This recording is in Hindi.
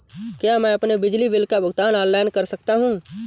क्या मैं अपने बिजली बिल का भुगतान ऑनलाइन कर सकता हूँ?